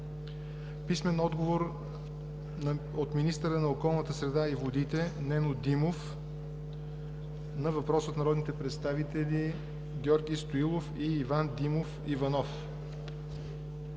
Гьоков; - министъра на околната среда и водите Нено Димов на въпрос от народните представители Георги Стоилов и Иван Димов Иванов.